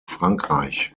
frankreich